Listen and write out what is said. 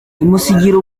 imusigira